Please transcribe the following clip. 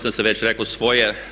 ja sam već rekao svoje.